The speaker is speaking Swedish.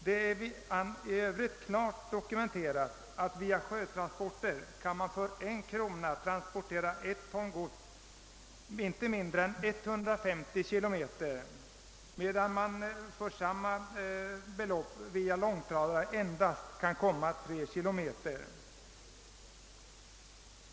Det är klart dokumenterat att man kan för en krona via sjötransporter transportera ett ton gods inte mindre än 150 km, medan man för samma belopp via långtradare endast kan komma 3 km.